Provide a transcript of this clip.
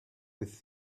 with